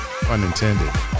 Unintended